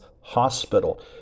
Hospital